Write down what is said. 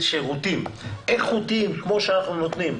הייתי אומר שעל מנת לתת שירותים איכותיים כמו שאנחנו נותנים,